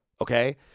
Okay